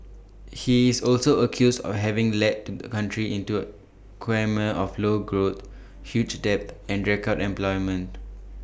he is also accused of having led the country into quagmire of low growth huge debt and record unemployment